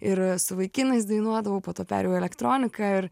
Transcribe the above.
ir su vaikinais dainuodavau po to perėjau į elektroniką ir